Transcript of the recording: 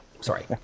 Sorry